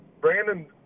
Brandon